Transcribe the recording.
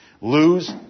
lose